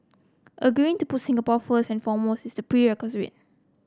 agreeing to put Singapore first and foremost is